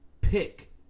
pick